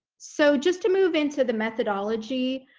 so just to move into the methodology.